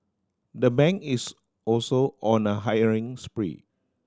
the bank is also on a hiring spree